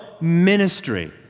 ministry